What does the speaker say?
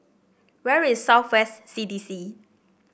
where is South West C D C